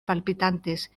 palpitantes